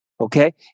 okay